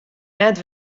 net